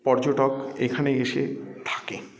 পর্যটক এখানে এসে থাকে